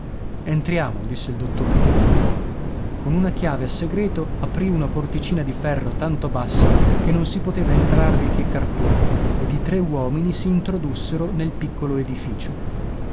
entriamo disse il dottore con una chiave a segreto aprì una porticina di ferro tanto bassa che non si poteva entrarvi che carponi ed i tre uomini si introdussero nel piccolo edificio